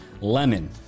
lemon